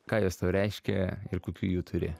ką jos tau reiškia ir kokių jų turi